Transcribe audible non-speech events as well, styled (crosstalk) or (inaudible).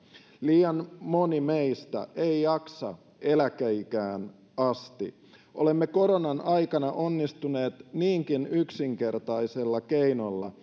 liian moni meistä ei jaksa eläkeikään asti olemme koronan aikana onnistuneet niinkin yksinkertaisella keinolla (unintelligible)